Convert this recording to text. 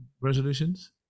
resolutions